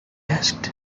asked